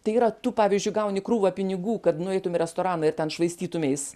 tai yra tu pavyzdžiui gauni krūvą pinigų kad nueitum į restoraną ir ten švaistytumeis